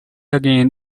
again